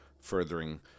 furthering